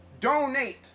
Donate